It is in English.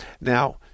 Now